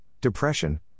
depression